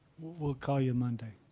we'll call you monday.